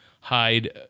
hide